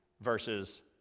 versus